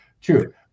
True